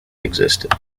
existed